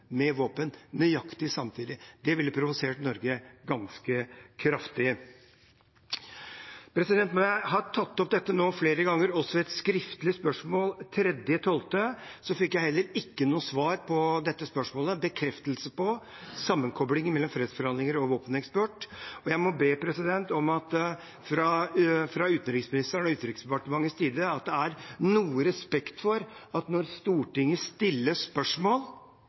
med våpen – nøyaktig samtidig – ville det provosert Norge ganske kraftig. Nå har jeg tatt opp dette flere ganger, også i et skriftlig spørsmål 3. desember. Da fikk jeg heller ikke noe svar på dette spørsmålet, en bekreftelse av sammenkoblingen mellom fredsforhandlinger og våpeneksport. Jeg må be om at det fra utenriksministeren og Utenriksdepartementets side vises respekt for at når vi i Stortinget stiller institusjonen et skriftlig spørsmål